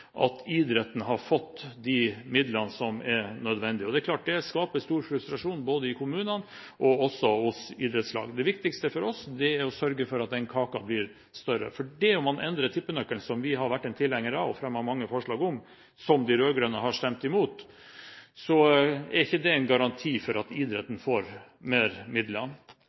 at idretten har fått de midlene som er nødvendige. Det er klart det skaper stor frustrasjon både i kommunene og hos idrettslag. Det viktigste for oss er å sørge for at den kaken blir større. Fordi om man endrer tippenøkkelen – som vi har vært tilhengere av og fremmet mange forslag om, og som de rød-grønne har stemt imot – er ikke det en garanti for at idretten får mer midler.